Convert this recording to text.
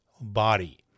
body